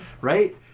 right